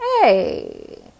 hey